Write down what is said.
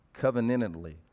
covenantedly